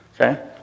Okay